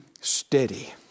steady